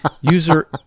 User